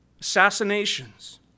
assassinations